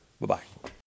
Bye-bye